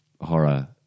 horror